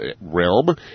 realm